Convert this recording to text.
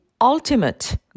ultimate